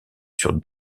sur